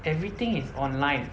everything is online